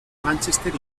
manchester